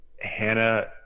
Hannah